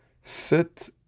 sit